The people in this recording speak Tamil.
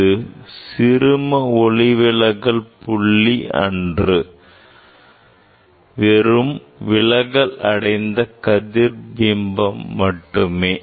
இது சிறும ஒளிவிலகல் புள்ளி அன்று வெறும் விலகல் அடைந்த கதிர் பிம்பம் மட்டுமே